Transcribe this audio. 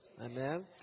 amen